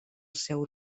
seu